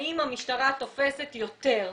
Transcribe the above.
האם המשטרה תופסת יותר בשטח?